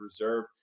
reserve